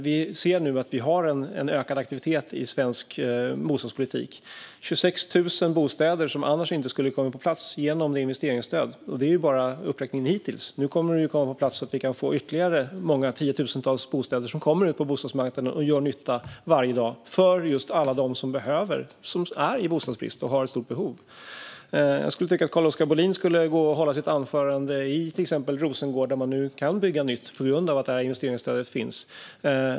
Vi ser nu att vi har en ökad aktivitet i svensk bostadspolitik, med 26 000 bostäder som inte hade kommit på plats utan investeringsstödet. Och det är bara uppräkningen hittills. Nu kommer det att komma på plats ytterligare tiotusentals bostäder på bostadsmarknaden som gör nytta varje dag för alla som behöver, som är i bostadsbrist och som har ett stort behov. Jag tycker att Carl-Oskar Bohlin ska hålla sitt anförande i till exempel Rosengård, där man nu kan bygga nytt tack vare att investeringsstödet finns.